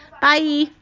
bye